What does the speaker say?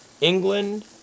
England